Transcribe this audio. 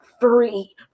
free